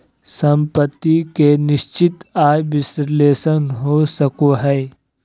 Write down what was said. सम्पत्ति के निश्चित आय विश्लेषण हो सको हय